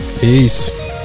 peace